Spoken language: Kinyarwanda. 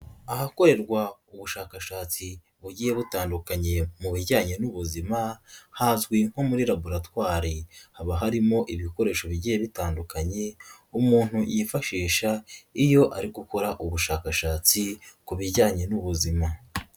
Ahakorerwa ubushakashatsi bugiye butandukanye mu bijyanye n'ubuzima, hazwi nko muri laboratwari. Haba harimo ibikoresho bigiye bitandukanye, umuntu yifashisha, iyo ari gukora ubushakashatsi ku bijyanye n'ubuzima.